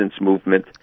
movement